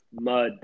Mud